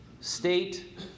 state